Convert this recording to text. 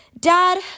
Dad